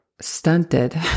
stunted